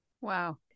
Wow